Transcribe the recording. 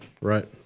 Right